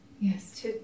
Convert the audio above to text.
Yes